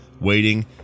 waiting